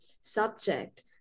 subject